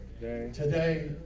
today